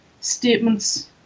statements